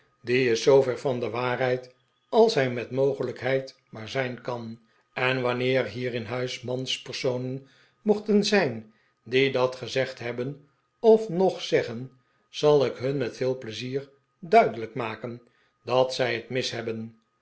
die is zoover van de waarheid als hij met mogelijkheid maar zijn kan en wanneer hier in huis manspersonen mochten zijn die dat gezegd hebben of nog zeggen zal ik hun met veel pleizier duidelijk maken dat zij het mis hebben